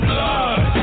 Blood